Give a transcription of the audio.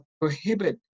prohibit